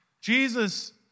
Jesus